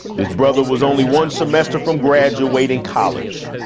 his brother was only one semester from graduating college.